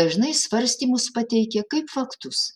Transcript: dažnai svarstymus pateikia kaip faktus